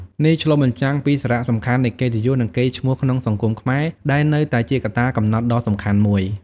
នេះឆ្លុះបញ្ចាំងពីសារៈសំខាន់នៃកិត្តិយស និងកេរ្តិ៍ឈ្មោះក្នុងសង្គមខ្មែរ ដែលនៅតែជាកត្តាកំណត់ដ៏សំខាន់មួយ។